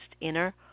inner